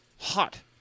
hot